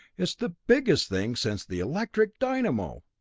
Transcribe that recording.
it's the biggest thing since the electric dynamo!